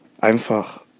Einfach